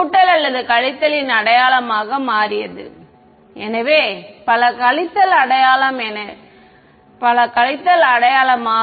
மாணவர் ஏனென்றால் ஒரு கழித்தல் அல்லது x இன் அடையாளத்துடன் ஒரு கழித்தல் உள்ளது மாணவர் ஆம் அது ஒரு கூட்டல் அல்லது கழித்தல் ன் அடையாளமாக மாறியது எனவே பல கழித்தல் அடையாளம்